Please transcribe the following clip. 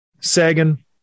Sagan